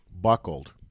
buckled